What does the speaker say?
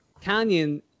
Canyon